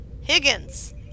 Higgins